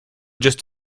just